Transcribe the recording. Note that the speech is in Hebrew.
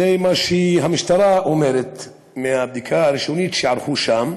זה מה שהמשטרה אומרת מהבדיקה הראשונית שערכו שם.